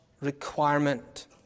requirement